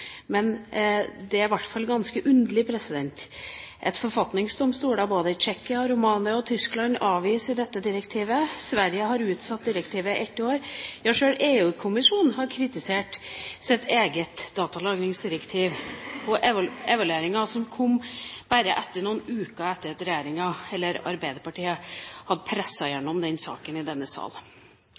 Men det er i hvert fall ganske underlig at forfatningsdomstoler både i Tsjekkia, Romania og Tyskland avviser dette direktivet. Sverige har utsatt direktivet ett år, ja sjøl EU-kommisjonen har kritisert sitt eget datalagringsdirektiv i evalueringen som kom bare noen uker etter at Arbeiderpartiet hadde presset gjennom denne saken i denne sal.